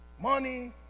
Money